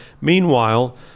meanwhile